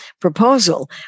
proposal